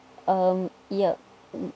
um yeah